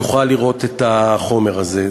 יוכל לראות את החומר הזה.